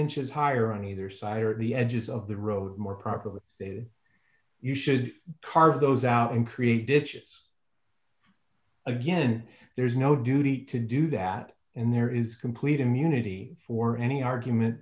inches higher on either side or the edges of the road more properly you should carve those out and create dishes again there's no duty to do that and there is complete immunity for any argument